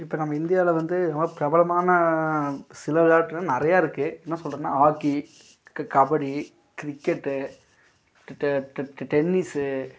இப்போ நம்ம இந்தியாவில் வந்து ரொம்ப பிரபலமான சில விளையாட்டுகள் நிறையா இருக்குது என்ன சொல்கிறதுன்னா ஹாக்கி க கபடி க்ரிக்கெட்டு டெ டெ டெ டென்னிஸ்ஸு